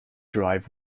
drive